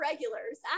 Regulars